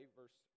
verse